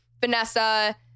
Vanessa